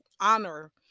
honor